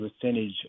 percentage